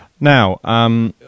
Now